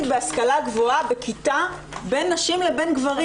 בהשכלה גבוהה בכיתה בין נשים לבין גברים?